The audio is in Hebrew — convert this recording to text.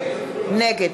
נגד